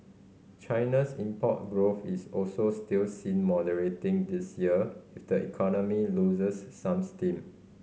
China's import growth is also still seen moderating this year if the economy loses some steam